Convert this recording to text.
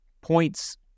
points